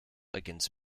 against